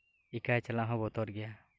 ᱮᱠᱟᱭ ᱪᱟᱞᱟᱜ ᱦᱚᱸ ᱵᱚᱛᱚᱨᱜᱮᱭᱟ